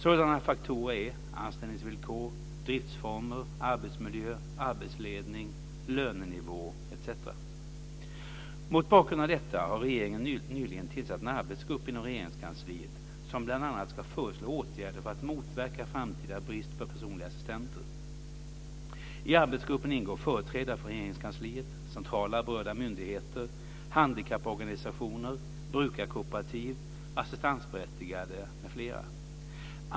Sådana faktorer är anställningsvillkor, driftsformer, arbetsmiljö, arbetsledning, lönenivå etc. Mot bakgrund av detta har regeringen nyligen tillsatt en arbetsgrupp inom Regeringskansliet som bl.a. ska föreslå åtgärder för att motverka framtida brist på personliga assistenter. I arbetsgruppen ingår företrädare för Regeringskansliet, centrala berörda myndigheter, handikapporganisationer, brukarkooperativ, assistansberättigade m.fl.